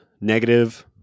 negative